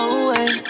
away